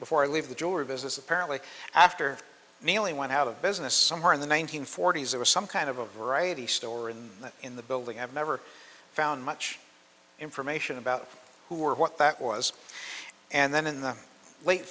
before i leave the jewelry business apparently after mailing went out of business somewhere in the one nine hundred forty s there was some kind of a variety store and in the building i've never found much information about who or what that was and then in the late